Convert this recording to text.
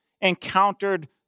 encountered